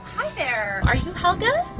hi there, are you helga?